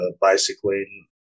bicycling